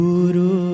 Guru